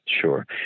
sure